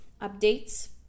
updates